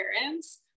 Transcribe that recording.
parents